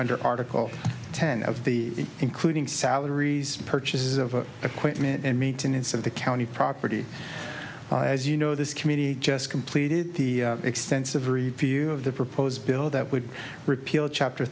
under article ten of the including salaries for purchases of equipment and maintenance of the county property as you know this community just completed the extensive review of the proposed bill that would repeal chapter